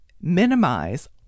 minimize